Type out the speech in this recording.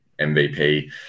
MVP